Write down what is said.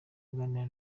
aganira